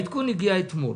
העדכון הגיע אתמול